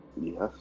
yes